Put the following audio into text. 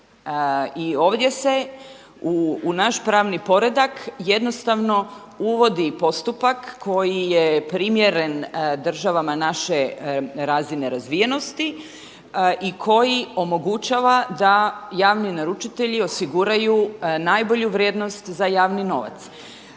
ovdje se u naš pravni poredak jednostavno uvodi postupak koji je primjeren državama naše razine razvijenosti i koji omogućava da javni naručitelji osiguraju najbolju vrijednost za javni novac.